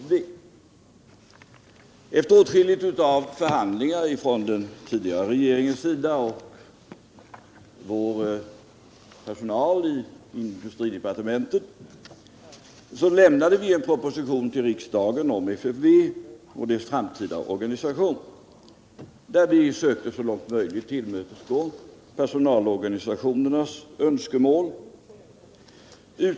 tvätterier Efter åtskilliga förhandlingar, förda av den tidigare regeringen och vår personal i industridepartementet, lämnade vi en proposition till riksdagen om FFV och dess framtida organisation, varvid vi så långt möjligt sökte tillmötesgå personalorganisationernas önskemål.